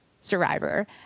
Survivor